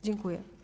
Dziękuję.